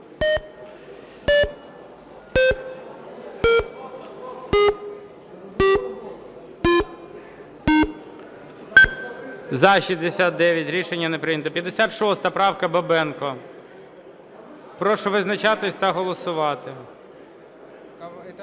За-69 Рішення не прийнято. 56 правка, Бабенко. Прошу визначатись та голосувати.